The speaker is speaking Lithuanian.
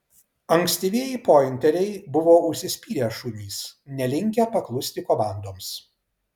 ankstyvieji pointeriai buvo užsispyrę šunys nelinkę paklusti komandoms